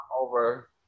over